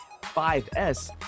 5S